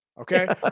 okay